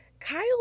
Kyle